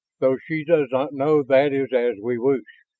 though she does not know that is as we wish.